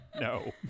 No